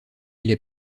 les